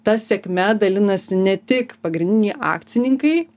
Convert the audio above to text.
ta sėkme dalinasi ne tik pagrindiniai akcininkai